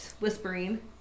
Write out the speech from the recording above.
Whispering